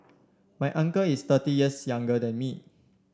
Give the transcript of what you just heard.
my uncle is thirty years younger than me